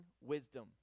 wisdom